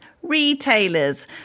Retailers